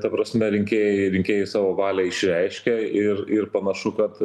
ta prasme rinkėjai rinkėjai savo valią išreiškė ir ir panašu kad